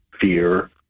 fear